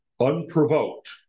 unprovoked